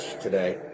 today